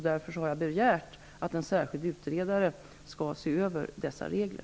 Därför har jag begärt att en särskild utredare skall se över dessa regler.